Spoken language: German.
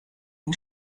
ihn